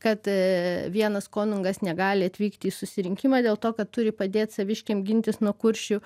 kad vienas konungas negali atvykti į susirinkimą dėl to kad turi padėt saviškiam gintis nuo kuršių